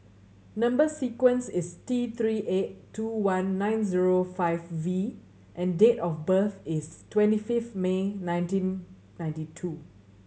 number sequence is T Three eight two one nine zero five V and date of birth is twenty fifth May nineteen ninety two